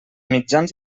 mitjans